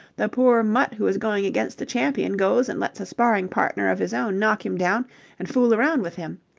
the poor mutt who was going against the champion goes and lets a sparring-partner of his own knock him down and fool around with him.